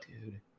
dude